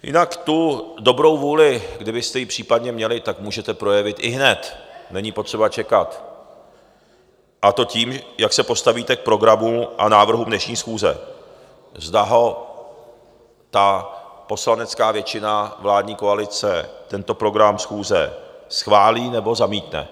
Jinak tu dobrou vůli, kdybyste ji případně měli, můžete projevit ihned, není potřeba čekat, a to tím, jak se postavíte k programu a k návrhu dnešní schůze, zda ho ta poslanecká většina vládní koalice tento program schůze schválí, nebo zamítne.